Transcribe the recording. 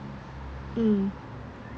mm